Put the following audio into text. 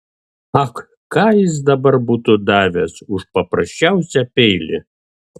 ak ką jis dabar būtų davęs už paprasčiausią peilį